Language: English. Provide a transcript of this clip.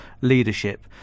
leadership